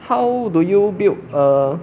how do you build a